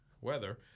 weather